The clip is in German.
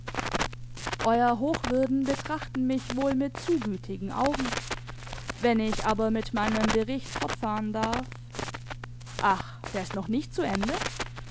euer hochwürden betrachten mich wohl mit zu gütigen augen wenn ich aber mit meinem bericht fortfahren darf ach der ist noch nicht zu ende